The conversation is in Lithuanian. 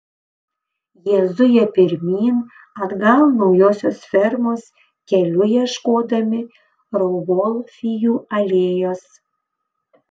jie zuja pirmyn atgal naujosios fermos keliu ieškodami rauvolfijų alėjos